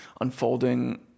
unfolding